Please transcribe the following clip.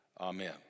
Amen